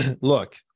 look